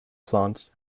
plants